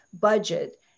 budget